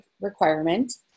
requirement